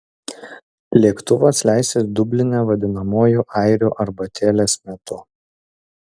lėktuvas leisis dubline vadinamuoju airių arbatėlės metu